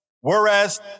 whereas